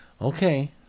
Okay